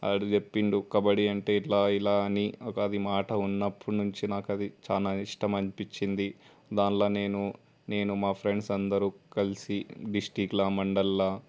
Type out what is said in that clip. వాడు చెప్పాడు కబడ్డీ అంటే ఇలా ఇలా అని అది మాట విన్నప్పటి నుంచి నాకు అది చాలా ఇష్టం అనిపించింది దానిలో నేను నేను మా ఫ్రెండ్స్ అందరూ కలిసి డిస్ట్రిక్ట్లో మండలంలో